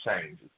changes